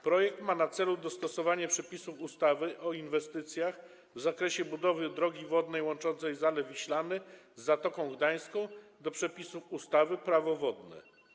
Projekt ma na celu dostosowanie przepisów ustawy o inwestycjach w zakresie budowy drogi wodnej łączącej Zalew Wiślany z Zatoką Gdańską do przepisów ustawy Prawo wodne.